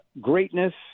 greatness